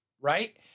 Right